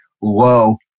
low